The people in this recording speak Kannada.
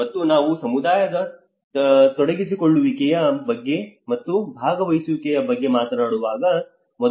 ಮತ್ತು ನಾವು ಸಮುದಾಯದ ತೊಡಗಿಸಿಕೊಳ್ಳುವಿಕೆಯ ಮತ್ತು ಭಾಗವಹಿಸುವಿಕೆಯ ಬಗ್ಗೆ ಮಾತನಾಡುವಾಗ